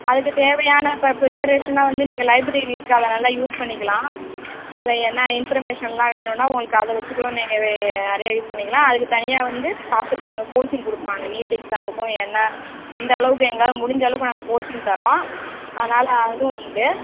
அதுக்கு தேவையான இப்போ ப்ரிப்பரேஷனை வந்து நீங்கள் லைப்ரரி இருக்குது அதை நல்லா யூஸ் பண்ணிக்கலாம் அதில் என்ன இன்ஃபர்மேஷன்லாம் வேணும்ன்னா உங்களுக்கு அதை வெச்சிக்கூட நீங்கள் நிறைய யூஸ் பண்ணிக்கலாம் அதுக்கு தனியாக வந்து ஸ்டாஃப் இருக்காங்க கோச்சிங் கொடுப்பாங்க நீட் எக்ஸாமுக்கும் என்ன எந்தளவுக்கு எங்களால் முடிஞ்ச அளவுக்கு நாங்கள் கோச்சிங் தர்றோம் அதனால் அதுவும் உண்டு